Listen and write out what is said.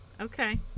okay